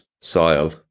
soil